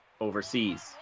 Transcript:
overseas